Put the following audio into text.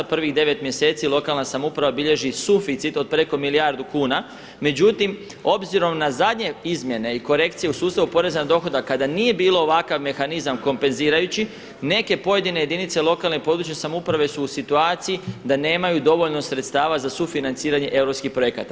Prvih 9. mjeseci lokalna samouprava bilježi suficit od preko milijardu kuna, međutim obzirom na zadnje izmjene i korekcije u sustavu poreza na dohodak kada nije bilo ovakav mehanizam kompenzirajući neke pojedine jedinice lokalne i područne samouprave su u situaciji da nemaju dovoljno sredstava za sufinanciranje europskih projekata.